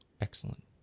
Excellent